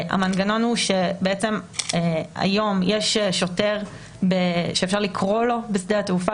המנגנון הוא שהיום יש שוטר בשדה התעופה,